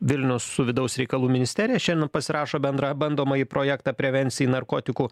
vilnius su vidaus reikalų ministerija šiandien pasirašo bendrą bandomąjį projektą prevencijai narkotikų